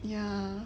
ya